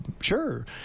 sure